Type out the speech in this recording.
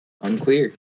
Unclear